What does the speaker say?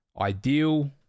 ideal